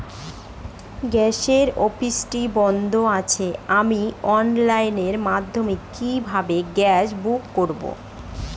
Gas অফিসটি বন্ধ আছে আমি অনলাইনের মাধ্যমে কিভাবে গ্যাস বুকিং করব?